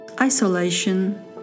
isolation